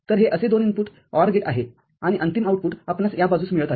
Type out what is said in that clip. तर हे असे दोन इनपुट OR गेटआहे आणि अंतिम आउटपुटआपणास या बाजूस मिळत आहे